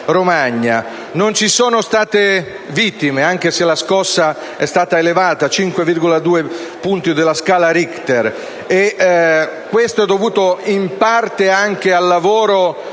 Non vi sono state vittime, anche se la scossa è stata di grado elevato (pari a 5,2 punti della scala Richter) e questo è dovuto in parte anche al lavoro di